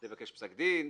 לבקש פסק דין,